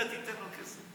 אתה תיתן לו כסף.